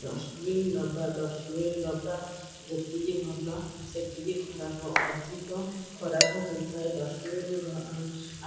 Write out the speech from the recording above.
dustbin ଡବା dustbin ଡବା ଯେତିକି ଭଲ ସେତିକି ଖରାପ ଅଧିକ ଖରାପ ହୋଇଥାଏ ଡଷ୍ଟବିିନ